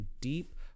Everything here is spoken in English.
deep